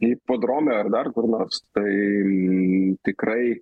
hipodrome ar dar kur nors tai tikrai